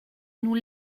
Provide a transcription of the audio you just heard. nous